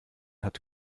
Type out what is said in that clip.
hat